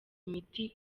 imiti